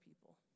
people